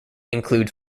include